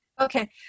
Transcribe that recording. Okay